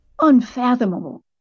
unfathomable